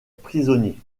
prisonnier